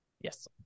Yes